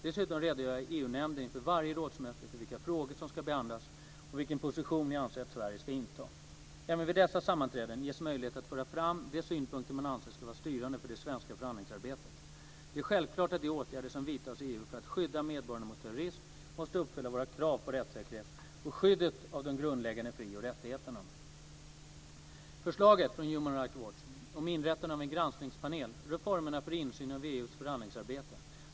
Dessutom redogör jag i EU-nämnden inför varje rådsmöte för vilka frågor som ska behandlas och vilken position jag anser att Sverige ska inta. Även vid dessa sammanträden ges möjlighet att föra fram de synpunkter man anser ska vara styrande för det svenska förhandlingsarbetet. Det är självklart att de åtgärder som vidtas i EU för att skydda medborgarna mot terrorism måste uppfylla våra krav på rättssäkerhet och skyddet av de grundläggande fri och rättigheterna. Förslaget från Human Rights Watch om inrättandet av en granskningspanel rör formerna för insyn i EU:s förhandlingsarbete.